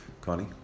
Connie